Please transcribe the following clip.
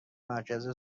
مرکز